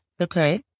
Okay